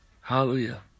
hallelujah